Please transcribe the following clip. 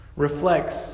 reflects